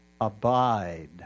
Abide